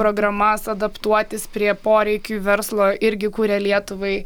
programas adaptuotis prie poreikių verslo irgi kuria lietuvai